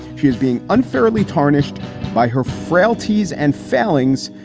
she is being unfairly tarnished by her frailties and failings,